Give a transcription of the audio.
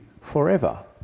forever